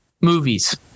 movies